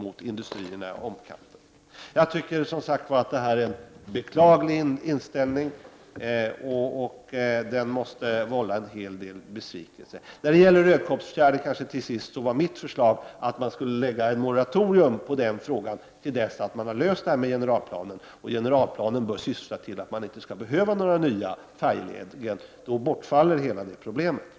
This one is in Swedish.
Kommunikationsministerns inställning är, som sagt, beklaglig och den måste vålla en hel del besvikelse. Till sist, när det gäller Rödkobbsfjärden var mitt förslag att man skulle utfärda ett moratorium för den frågan till dess att problemet med generalplanen har lösts. Generalplanen bör syfta till att man inte skall behöva några nya färjeleder och i så fall skulle detta problem bortfalla.